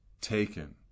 taken